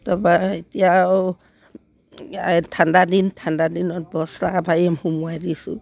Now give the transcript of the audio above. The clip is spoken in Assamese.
তাৰপৰা এতিয়া আৰু এতিয়া এই ঠাণ্ডাদিন ঠাণ্ডাদিনত বস্তা পাৰিম সোমোৱাই দিছোঁ